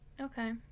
Okay